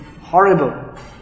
horrible